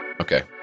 okay